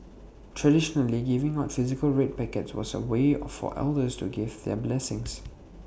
traditionally giving out physical red packets was A way for elders to give their blessings